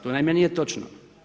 To naime nije točno.